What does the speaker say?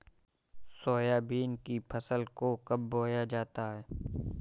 Soybean की फसल को कब बोया जाता है?